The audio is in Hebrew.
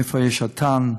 אט"ן,